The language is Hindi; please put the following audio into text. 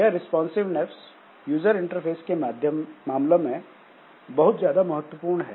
यह रिस्पांसिंवनेस यूजर इंटरफेस के मामलों में बहुत ज्यादा महत्वपूर्ण है